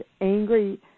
angry